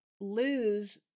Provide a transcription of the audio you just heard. lose